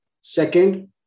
Second